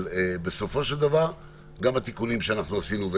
אבל בסופו של דבר גם התיקונים שאנחנו עשינו,